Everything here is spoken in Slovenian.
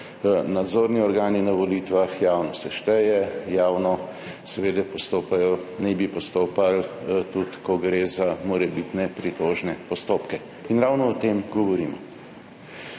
nadzorni organi na volitvah, javno se šteje, javno naj bi seveda postopali tudi, ko gre za morebitne pritožne postopke. In ravno o tem govorimo.